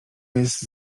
jest